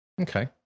okay